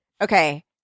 Okay